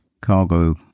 Cargo